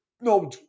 No